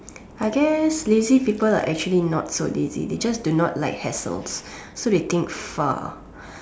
I guess lazy people are actually not so lazy they just do not like hassle so they think far